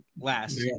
last